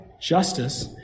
justice